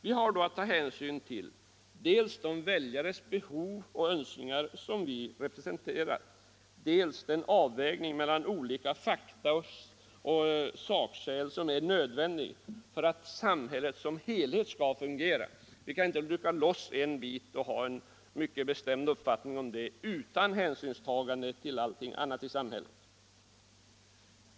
Vi har då att ta hänsyn dels till behov och önskningar hos de väljare som vi representerar, dels till den avvägning mellan olika fakta och sakskäl som är nödvändig för att samhället som helhet skall fungera. Vi kan inte bryta loss en bit och ha en mycket bestämd uppfattning om den utan hänsynstagande till allting annat i samhället.